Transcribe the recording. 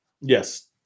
Yes